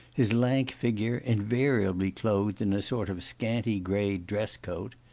his lank figure, invariably clothed in a sort of scanty grey dresscoat.